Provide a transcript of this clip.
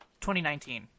2019